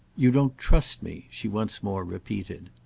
you don't trust me! she once more repeated.